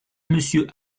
monsieur